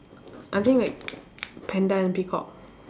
I think like panda and peacock